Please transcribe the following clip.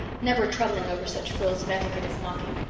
never troubling over such frills of etiquette as knocking.